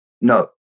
No